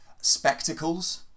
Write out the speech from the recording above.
spectacles